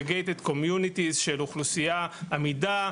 זה gated community של אוכלוסייה עמידה,